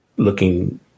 looking